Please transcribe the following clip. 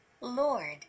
Lord